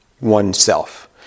oneself